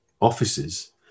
offices